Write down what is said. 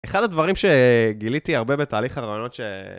אחד הדברים שגיליתי הרבה בתהליך על רעיונות ש...